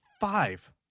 five